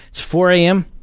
it's four am.